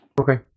Okay